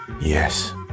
Yes